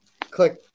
click